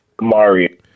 Mario